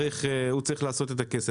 הוא צריך לעשות כסף,